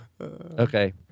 Okay